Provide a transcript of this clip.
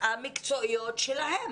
המקצועיות שלהם.